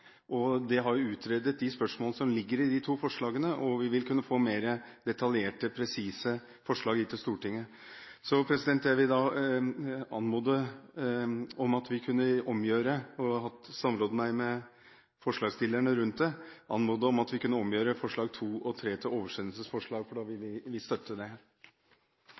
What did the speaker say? mandag. Det har utredet de spørsmålene som ligger i de to forslagene, og vi vil kunne få mer detaljerte, presise forslag hit til Stortinget. Så jeg vil anmode om – og jeg har samrådd meg med forslagsstillerne rundt dette – å omgjøre forslagene nr. 2 og nr. 3 til oversendelsesforslag. Da vil vi støtte det.